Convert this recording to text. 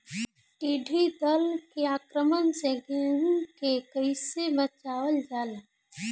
टिडी दल के आक्रमण से गेहूँ के कइसे बचावल जाला?